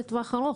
וטובה?